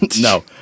No